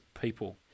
people